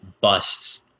busts